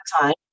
time